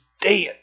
dead